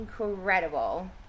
incredible